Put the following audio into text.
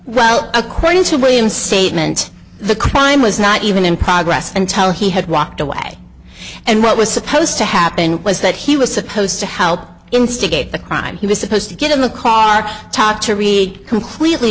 well according to william statement the crime was not even in progress and how he had walked away and what was supposed to happen was that he was supposed to help instigate the crime he was supposed to get in the car taught to read completely